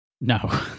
No